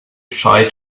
shy